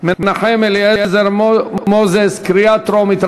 מנחם אליעזר מוזס, קריאה טרומית.